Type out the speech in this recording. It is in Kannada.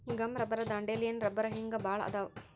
ಗಮ್ ರಬ್ಬರ್ ದಾಂಡೇಲಿಯನ್ ರಬ್ಬರ ಹಿಂಗ ಬಾಳ ಅದಾವ